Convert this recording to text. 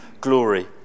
glory